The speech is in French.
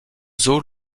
zoo